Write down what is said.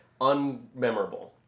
unmemorable